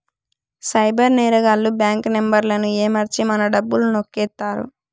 cyber నేరగాళ్లు bank నెంబర్లను ఏమర్చి మన డబ్బులు నొక్కేత్తారు